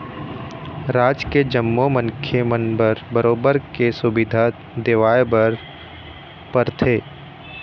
राज के जम्मो मनखे मन बर बरोबर के सुबिधा देवाय बर परथे